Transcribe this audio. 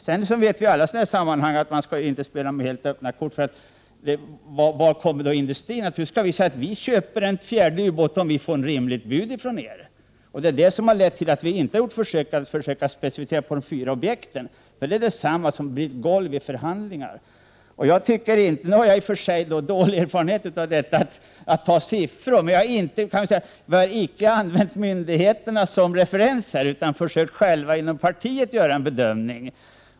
Sedan vet vi att man, som i alla sådana här sammanhang, inte skall spela med helt öppna kort. Nu kan vi säga till industrin: ”Vi köper en fjärde ubåt om vi får ett rimligt bud från er.” Det är detta som gjort att vi inte har försökt specificera de fyra objekten, för det är detsamma som att ha ett golv vid förhandlingar. Nu har jag i och för sig dålig erfarenhet av att ta fram siffror. Men vi har icke använt myndigheterna som referens, utan vi har själva inom partiet försökt göra en bedömning.